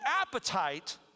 appetite